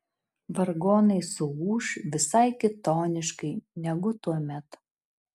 vargonai suūš visai kitoniškai negu tuomet